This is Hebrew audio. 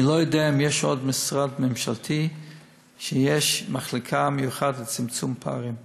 אני לא יודע אם יש עוד משרד ממשלתי שיש בו מחלקה מיוחדת לצמצום פערים.